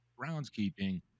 groundskeeping